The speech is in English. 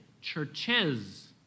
Churches